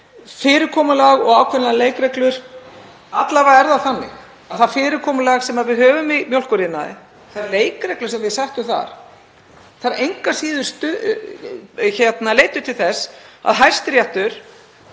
Fyrirkomulag og ákveðnar leikreglur — alla vega er það þannig að það fyrirkomulag sem við höfum í mjólkuriðnaði, þær leikreglur sem við settum þar, leiddu engu að síður til þess að Hæstiréttur